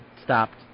stopped